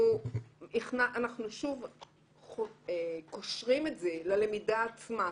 אנחנו קושרים את זה ללמידה עצמה.